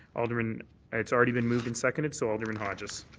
alderman it's already been moved and seconded so alderman hodges.